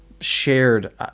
shared